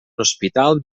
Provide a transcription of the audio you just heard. hospital